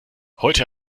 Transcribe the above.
heute